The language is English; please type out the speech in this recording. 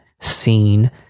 seen